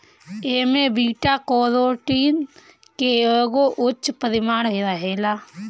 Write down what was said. एमे beta carotene के एगो उच्च परिमाण रहेला